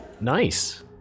Nice